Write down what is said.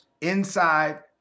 inside